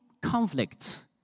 conflicts